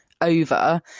over